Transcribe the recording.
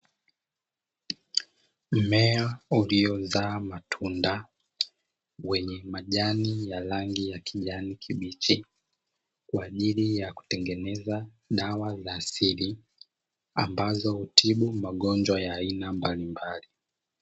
Mmea uliozaa matunda, wenye majani ya rangi ya kijani kibichi kwa ajili ya kutengeneza dawa za asili ambazo hutibu magonjwa ya aina mbalimbali.